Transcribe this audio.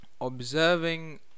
observing